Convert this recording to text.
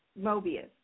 Mobius